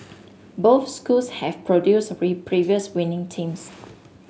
both schools have produced previous winning teams